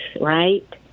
right